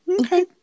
Okay